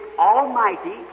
almighty